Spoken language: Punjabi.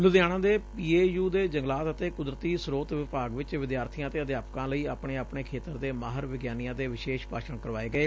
ਲੁਧਿਆਣਾ ਦੇ ਪੀਏਯੁ ਦੇ ਜੰਗਲਾਤ ਅਤੇ ਕੁਦਰਤੀ ਸਰੋਤ ਵਿਭਾਗ ਵਿੱਚ ਵਿਦਿਆਰਥੀਆਂ ਅਤੇ ਅਧਿਆਪਕਾਂ ਲਈ ਆਪਣੇ ਆਪਣੇ ਖੇਤਰ ਦੇ ਮਾਹਿਰ ਵਿਗਿਆਨੀਆਂ ਦੇ ਵਿਸ਼ੇਸ਼ ਭਾਸ਼ਣ ਕਰਵਾਏ ਗਏ